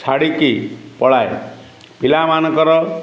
ଛାଡ଼ିକି ପଳାଏ ପିଲାମାନଙ୍କର